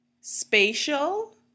spatial